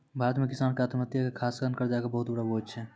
भारत मॅ किसान के आत्महत्या के खास कारण कर्जा के बहुत बड़ो बोझ छै